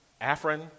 Afrin